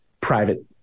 private